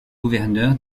gouverneur